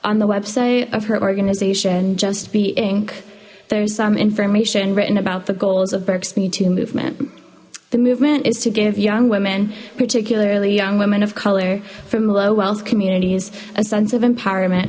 on the website of her organization justbe inc there's some information written about the goals of burke's mattoon movement the movement is to give young women particularly young women of color from low wealth communities a sense of empowerment